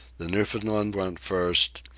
the newfoundland went first,